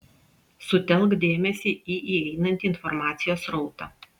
sutelk dėmesį į įeinantį informacijos srautą